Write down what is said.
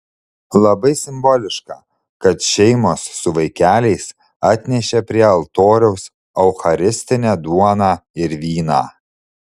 labai simboliška kad šeimos su vaikeliais atnešė prie altoriaus eucharistinę duoną ir vyną